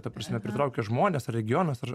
ta prasme pritraukia žmones regionas ar